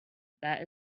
that